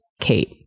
kate